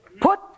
put